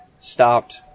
stopped